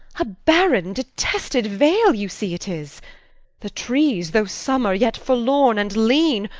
a barren detested vale you see it is the trees, though summer, yet forlorn and lean,